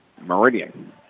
Meridian